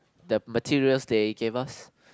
the materials they gave us